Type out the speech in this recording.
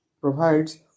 provides